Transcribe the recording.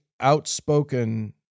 outspoken